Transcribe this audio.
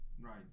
right